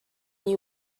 you